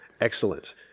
Excellent